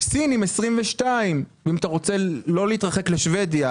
סינים 22%. אם אתה רוצה לא להתרחק לשבדיה,